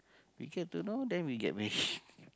we get to know then we get married